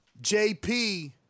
JP